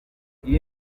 iyi